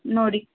ನೋಡಿ